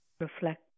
Reflect